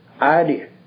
idea